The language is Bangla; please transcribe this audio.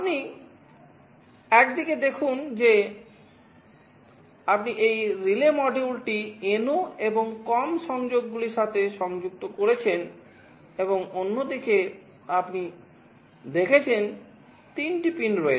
আপনি একদিকে দেখুন যে আপনি এই রিলে মডিউলটি NO এবং COM সংযোগগুলির সাথে সংযুক্ত করেছেন এবং অন্যদিকে আপনি দেখেছেন তিনটি পিন রয়েছে